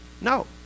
No